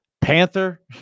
panther